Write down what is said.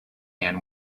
man